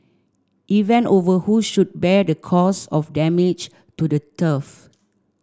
event over who should bear the cost of damage to the turf